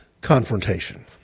confrontation